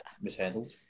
mishandled